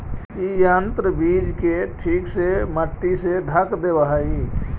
इ यन्त्र बीज के ठीक से मट्टी से ढँक देवऽ हई